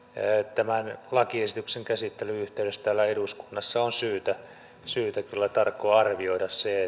tämän lakiesityksen käsittelyn yhteydessä täällä eduskunnassa on syytä syytä kyllä tarkoin arvioida se